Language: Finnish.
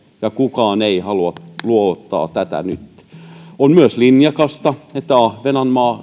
ja kukaan ei halua luovuttaa tätä nyt minun mielestäni on linjakasta että ahvenanmaa